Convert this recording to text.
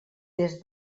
des